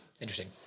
Interesting